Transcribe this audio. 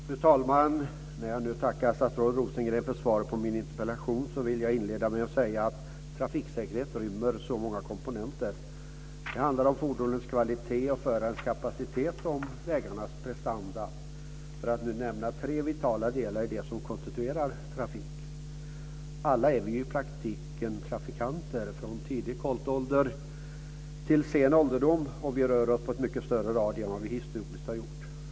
Fru talman! När jag nu tackar statsrådet Rosengren för svaret på min interpellation vill jag inleda med att säga att trafiksäkerhet rymmer många komponenter. Det handlar om fordonens kvalitet, om förarnas kapacitet och om vägarnas prestanda, för att nämna tre vitala delar av det som konstituerar trafik. Alla är vi i praktiken trafikanter, från tidig koltålder till sen ålderdom, och vi rör oss inom en mycket större radie än vad vi historiskt har gjort.